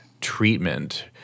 treatment